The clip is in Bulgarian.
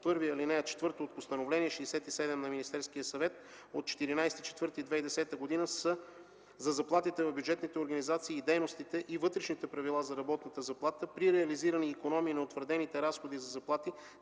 служител, чл. 1, ал. 4 от Постановление № 67 на Министерския съвет от 14.04.2010 г. за заплатите в бюджетните организации и дейностите и вътрешните правила за работната заплата при реализирани икономии на утвърдените разходи за заплати